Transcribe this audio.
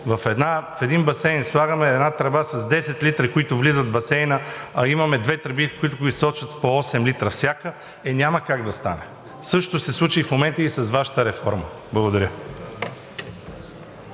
в един басейн слагаме тръба с 10 литра, които влизат в басейна, а имаме две тръби, които го източват – по 8 литра всяка, е, няма как да стане! Същото се случи в момента и с Вашата реформа. Благодаря.